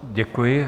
Děkuji.